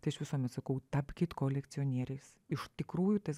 tai aš visuomet sakau tapkit kolekcionieriais iš tikrųjų tas